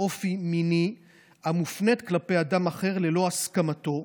אופי מיני המופנית כלפי אדם אחר ללא הסכמתו,